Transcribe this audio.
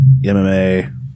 MMA